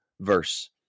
verse